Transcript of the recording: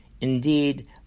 Indeed